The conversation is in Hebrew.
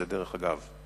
זה דרך אגב.